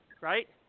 right